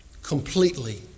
Completely